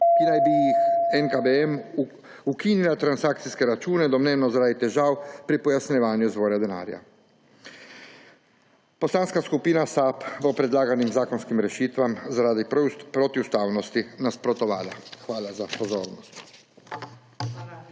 ki naj bi ji NKBM ukinila transakcijske račune domnevno zaradi težav pri pojasnjevanju izvora denarja. Poslanska skupina SAB bo predlaganim zakonskim rešitvam zaradi protiustavnosti nasprotovala. Hvala za pozornost.